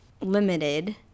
limited